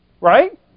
Right